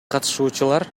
катышуучулар